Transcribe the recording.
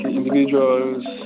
individuals